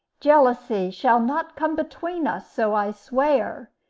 jealousy shall not come between us, so i swear.